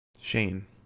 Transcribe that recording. Shane